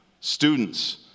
Students